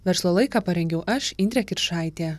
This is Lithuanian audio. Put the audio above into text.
verslo laiką parengiau aš indrė kiršaitė